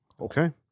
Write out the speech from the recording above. Okay